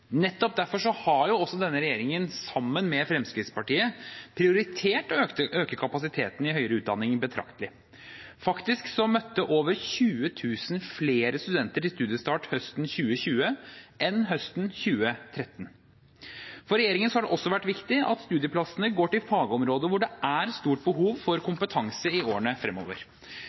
høyere utdanning betraktelig. Faktisk møtte over 20 000 flere studenter til studiestart høsten 2020 enn høsten 2013. For regjeringen har det også vært viktig at studieplassene går til fagområder hvor det er stort behov for kompetanse i årene fremover.